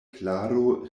klaro